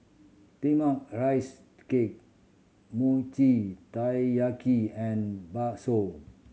steamed are rice cake Mochi Taiyaki and bakso